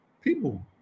People